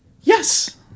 Yes